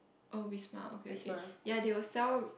oh Wisma okay okay ya they will sell